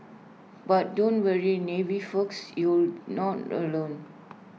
but don't worry navy folks you not alone